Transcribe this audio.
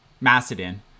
Macedon